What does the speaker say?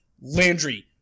landry